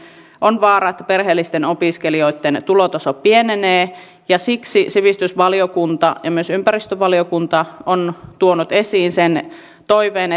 on vaara että perheellisten opiskelijoitten tulotaso pienenee ja siksi sivistysvaliokunta ja myös ympäristövaliokunta on tuonut esiin sen toiveen